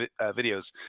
videos